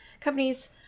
companies